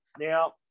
Now